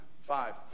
Five